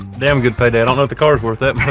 damn good payday, i dunno if the car's worth that